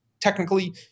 technically